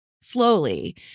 slowly